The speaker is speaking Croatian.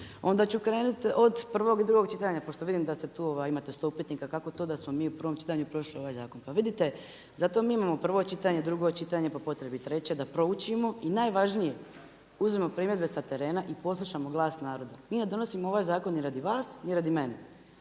Ona ću krenuti od prvog i drugog čitanja pošto vidim da tu imate 100 upitnika, kako to da smo mi u prvom čitanju prošli ovaj zakon? Pa vidite, zato mi imamo prvo čitanje, drugo čitanje, po potrebi treće, da proučimo i najvažnije, uzimamo primjedbe sa terena i poslušamo glas naroda. Mi ne donosimo ovaj zakon radi vas ni radi mene,